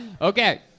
Okay